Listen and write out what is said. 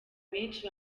benshi